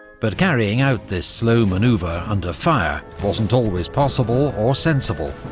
but carrying out this slow manoeuvre ah under fire wasn't always possible or sensible,